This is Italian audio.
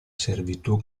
servitù